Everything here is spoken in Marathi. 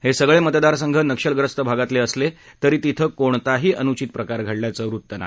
हे सगळे मतदारसंघ नक्षलग्रस्त भागातले असले तरी तिथं कोणत्याही अनुचित प्रकार घडल्याचं वृत्त नाही